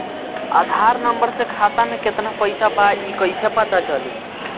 आधार number से खाता में केतना पईसा बा ई क्ईसे पता चलि?